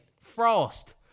Frost